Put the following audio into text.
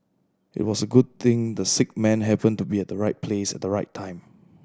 it was a good thing the sick man happened to be at the right place at the right time